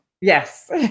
Yes